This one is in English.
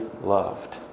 loved